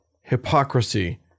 hypocrisy